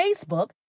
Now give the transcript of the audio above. Facebook